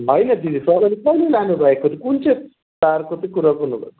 होइन दिदी तपाईँले कहिले लानुभएको कुन चाहिँ तारको चाहिँ कुरा गर्नुभएको